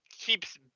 keeps